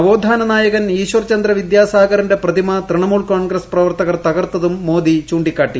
നവോത്ഥാന നായകൻ ഈശ്വർചന്ദ്ര വിദ്യാസാഗറിന്റെ പ്രതിമ തൃണമൂൽ കോൺഗ്രസ് പ്രവർത്തകർ തകർത്തതും മോദി ചൂ ിക്കാട്ടി